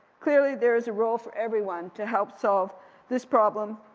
clearly there is a role for everyone to help solve this problem,